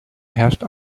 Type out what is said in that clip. herrscht